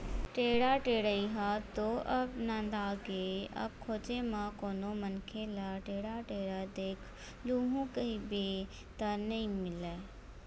टेंड़ा टेड़ई ह तो अब नंदागे अब खोजे म कोनो मनखे ल टेंड़ा टेंड़त देख लूहूँ कहिबे त नइ मिलय